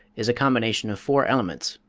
is a combination of four elements,